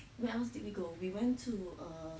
where else did we go we went to err